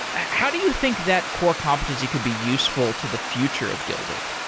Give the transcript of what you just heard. how do you think that core competency could be useful to the future of guilded?